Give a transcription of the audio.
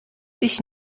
ich